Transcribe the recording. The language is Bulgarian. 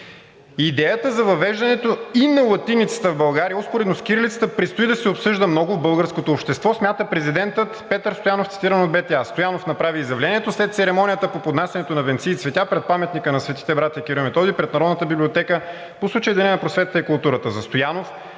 „Идеята за въвеждането и на латиницата в България успоредно с кирилицата предстои да се обсъжда много в българското общество, смята президентът Петър Стоянов, цитиран от БТА. Стоянов направи изявлението след церемонията по поднасянето на венци и цветя пред паметника на светите братя Кирил и Методий пред Народната библиотека по случай Деня на просветата и културата. За Стоянов